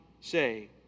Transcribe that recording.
say